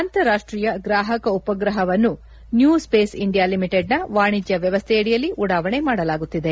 ಅಂತಾರಾಷ್ಟೀಯ ಗ್ರಹಕ ಉಪಗ್ರಹವನ್ನು ನ್ಯೂ ಸ್ವೇಸ್ ಇಂಡಿಯಾ ಲಿಮಿಟೆಡ್ನ ವಾಣಿಜ್ಞ ವ್ಯವಸ್ಥೆಯಡಿಯಲ್ಲಿ ಉಡಾವಣೆ ಮಾಡಲಾಗುತ್ತಿದೆ